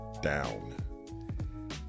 down